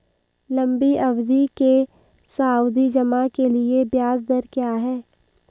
लंबी अवधि के सावधि जमा के लिए ब्याज दर क्या है?